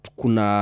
kuna